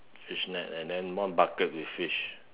fish net and then one bucket with fish